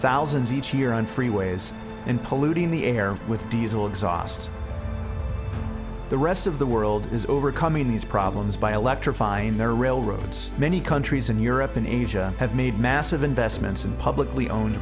thousands each year on freeways and polluting the air with diesel exhaust the rest of the world is overcoming these problems by electrifying their railroads many countries in europe and asia have made massive investments in publicly owned